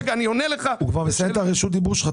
הוא כבר מסיים את רשות הדיבור שלך,